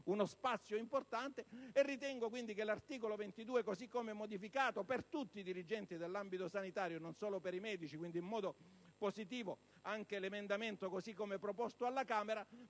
uno spazio importante. Ritengo quindi che l'articolo 22, come modificato, per tutti i dirigenti dell'ambito sanitario, non solo per i medici, quindi in modo positivo secondo l'emendamento proposto alla Camera,